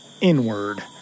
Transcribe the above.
inward